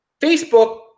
Facebook